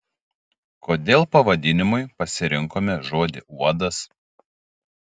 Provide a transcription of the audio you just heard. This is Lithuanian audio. kodėl pavadinimui pasirinkome žodį uodas